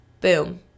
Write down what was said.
boom